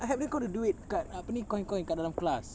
I help them count the duit dekat apa ni coin coin kat dalam kelas